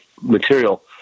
material